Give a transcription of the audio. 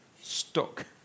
stuck